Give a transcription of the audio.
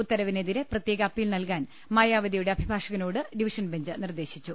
ഉത്തരവിനെതിരെ പ്രത്യേക അപ്പീൽ നൽകാൻ മായാവതിയുടെ അഭിഭാഷകനോട് ഡിവിഷൻ ബെഞ്ച് നിർദേശിച്ചു